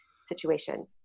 situation